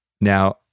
Now